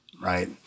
right